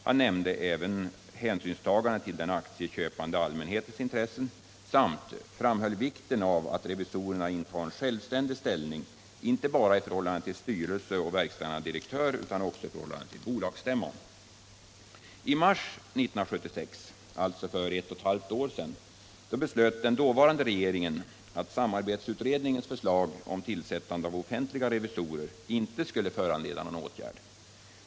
Han nämnde även hänsynstagande till den aktieköpande allmänhetens intressen samt framhöll vikten av att revisorerna intar en självständig ställning inte bara i förhållande till styrelse och verkställande direktör utan också i förhållande till bolagsstämman. I mars 1976, alltså för ett och ett halvt år sedan, beslöt den dåvarande regeringen att samarbetsutredningens förslag om tillsättande av offentliga — Nr 23 revisorer inte skulle föranleda någon åtgärd.